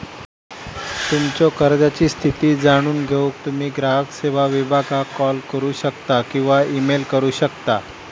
तुमच्यो कर्जाची स्थिती जाणून घेऊक तुम्ही ग्राहक सेवो विभागाक कॉल करू शकता किंवा ईमेल करू शकता